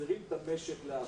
שמחזירים את המשק לעבודה.